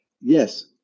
Yes